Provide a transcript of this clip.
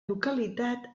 localitat